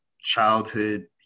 childhood